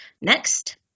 Next